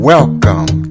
Welcome